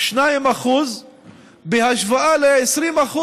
2% בהשוואה ל-20%,